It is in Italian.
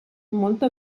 molto